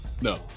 No